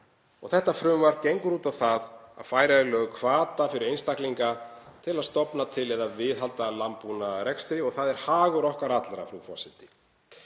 og þetta frumvarp gengur út á það að færa í lög hvata fyrir einstaklinga til að stofna til eða viðhalda landbúnaðarrekstri og það er hagur okkar allra, frú forseti.